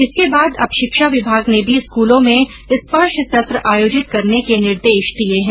इसके बाद अब शिक्षा विभाग ने भी स्कूलों में स्पर्श सत्र आयोजित करने के निर्देश दिए है